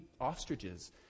ostriches